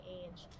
age